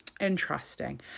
interesting